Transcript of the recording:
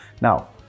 now